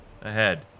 ahead